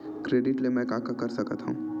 Credit ले मैं का का कर सकत हंव?